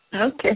Okay